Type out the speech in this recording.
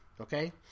okay